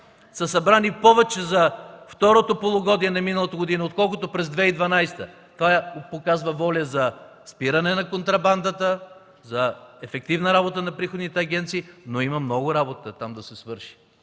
са събрани повече за второто полугодие на миналата година, отколкото през 2012! Това показва воля за спиране на контрабандата, за ефективна работа на приходните агенции, но има много работа там да се свърши,